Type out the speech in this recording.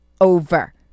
over